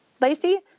Lacey